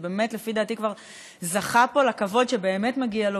שלפי דעתי כבר זכה פה לכבוד שבאמת מגיע לו,